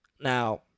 Now